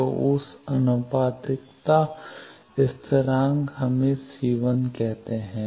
तो उस आनुपातिकता स्थिरांक हमें C1 कहते हैं